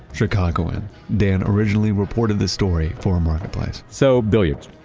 chicagoan. dan originally reported this story for marketplace so billiards,